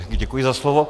Děkuji za slovo.